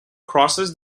crosses